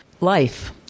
life